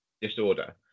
disorder